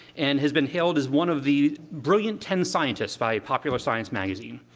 and has been hailed as one of the brilliant ten scientists by popular science magazine.